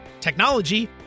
technology